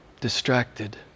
distracted